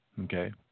Okay